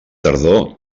tardor